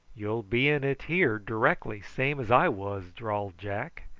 you'll be in it here directly, same as i was, drawled jack.